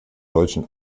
deutschen